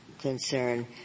concern